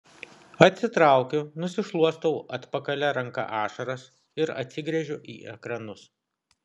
atsitraukiu nusišluostau atpakalia ranka ašaras ir atsigręžiu į ekranus